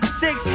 six